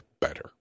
better